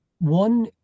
One